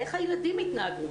איך הילדים יתנהגו?